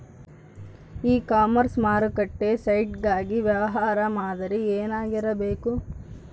E commerce ಮಾರುಕಟ್ಟೆ site ಗಾಗಿ ವ್ಯವಹಾರ ಮಾದರಿ ಏನಾಗಿರಬೇಕು?